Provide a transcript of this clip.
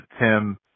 Tim